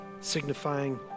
signifying